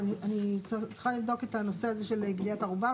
אני צריכה לבדוק את הנושא הזה של גביית ערובה,